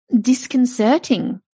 disconcerting